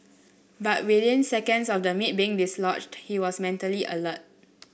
but within seconds of the meat being dislodged he was mentally alert